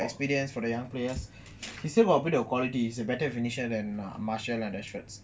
experience for the young players he still got a bit of quality he is a better finisher than martial at the shots